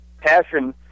passion –